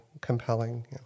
compelling